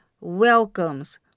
welcomes